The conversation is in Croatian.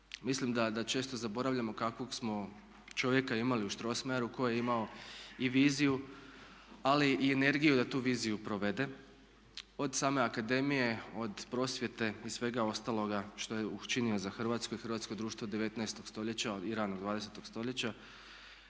Mislim da često zaboravljamo kakvog smo čovjeka imali u Strossmayeru koji je imao i viziju ali i energiju da tu viziju provede od same akademije, od prosvjete i svega ostaloga što je učinio za Hrvatsku i hrvatsko društvo 19. stoljeća i ranog 20. stoljeća.